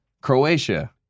Croatia